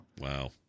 Wow